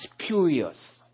spurious